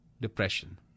depression